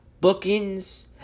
bookings